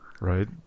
right